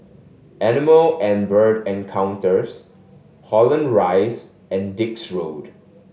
Animal and Bird Encounters Holland Rise and Dix Road